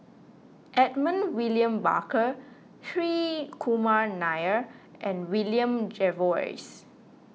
Edmund William Barker Hri Kumar Nair and William Jervois